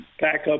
backup